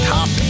Top